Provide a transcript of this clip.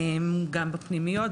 גם בפנימיות,